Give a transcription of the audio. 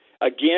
again